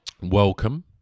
welcome